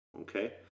Okay